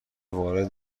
وارد